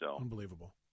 Unbelievable